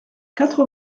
quatre